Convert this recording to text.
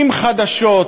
עם חדשות,